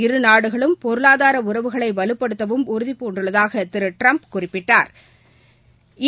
இரு நாடுகளும் பொருளாதார உறவுகளை வலுப்படுத்தவும் உறுதிபூண்டுள்ளதாக திரு ட்டிரம்ப் குறிப்பிட்டாள்